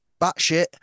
batshit